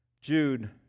Jude